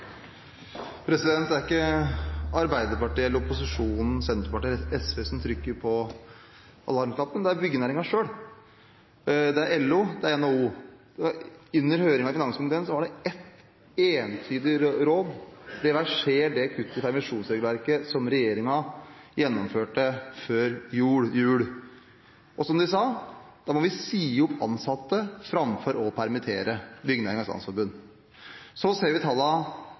ikke Arbeiderpartiet eller opposisjonen ved Senterpartiet og SV som trykker på alarmknappen; det er byggenæringen selv. Det er LO, og det er NHO. Under høringen i finanskomiteen var det ett entydig råd: Reverser det kuttet i permitteringsregelverket som regjeringen gjennomførte før jul. Og som Byggenæringens Landsforening sa: Da må vi si opp ansatte framfor å permittere. Så ser vi